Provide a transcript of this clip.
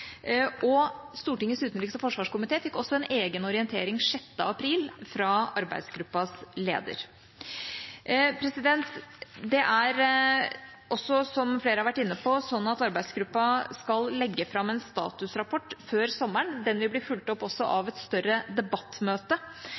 og Stortingets utenriks- og forsvarskomité fikk også en egen orientering 6. april fra arbeidsgruppas leder. Det er også, som flere har vært inne på, sånn at arbeidsgruppa skal legge fram en statusrapport før sommeren. Den vil bli fulgt opp også av et større debattmøte,